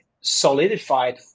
solidified